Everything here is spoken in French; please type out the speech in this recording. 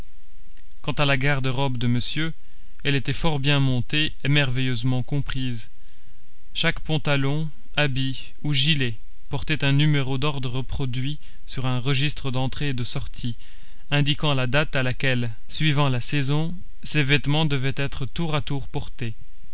quant à la garde-robe de monsieur elle était fort bien montée et merveilleusement comprise chaque pantalon habit ou gilet portait un numéro d'ordre reproduit sur un registre d'entrée et de sortie indiquant la date à laquelle suivant la saison ces vêtements devaient être tour à tour portés